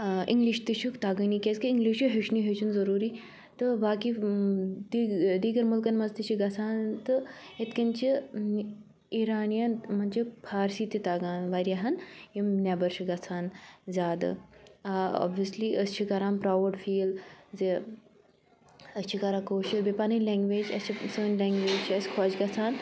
آ اِنٛگلِش تہِ چھُکھ تَگانٕے کیٛازِکہِ اِنٛگلِش چھُ ہیٚچھنُے ہیٚچھُن ضروٗری تہٕ باقٕے دِیٖگَر مُلکَن مَنٛز تہِ چھِ گَژھان تہٕ یِتھٕ کٔنۍ چھِ اِرانِیَن منٛز چھِ فارسی تہِ تَگان واریاہَن یِم نیٚبَر چھِ گَژھان زیادٕ اوٚبوِیَسلی أسۍ چھِ کَران پرٛاوُڈ فیٖل زِ أسۍ چھِ کَران کٲشُر بیٚیہِ پَنٕنۍ لینٛگویج اَسہِ چھِ سٲنۍ لنٛگویج چھِ اَسہِ خۄش گَژھان